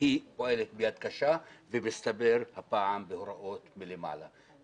היא פועלת ביד קשה, ומסתבר, הפעם, בהוראות מלמעלה.